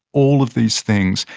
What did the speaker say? all of these things,